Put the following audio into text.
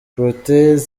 protais